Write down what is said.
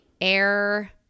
air